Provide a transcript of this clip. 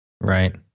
Right